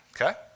Okay